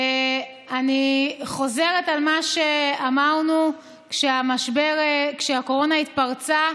אני חוזרת על מה שאמרנו כשהקורונה התפרצה: